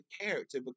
character